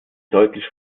deutlich